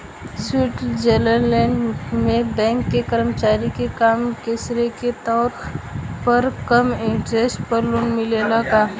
Switzerland में bank के कर्मचारी के काम के श्रेय के तौर पर कम इंटरेस्ट पर लोन मिलेला का?